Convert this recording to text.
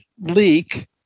leak